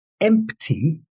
empty